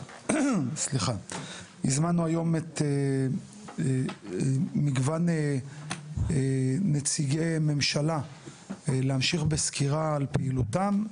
הזמנו היום מגוון נציגי ממשלה להמשיך בסקירה על פעילותם,